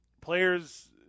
Players